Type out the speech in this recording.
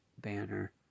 banner